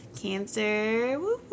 Cancer